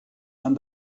and